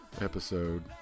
episode